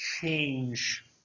change